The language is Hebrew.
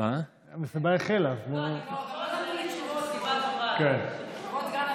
אז בוא, כבוד סגן השר,